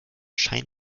scheinen